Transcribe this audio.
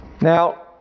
Now